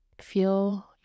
feel